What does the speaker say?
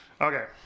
Okay